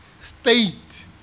state